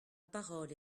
parole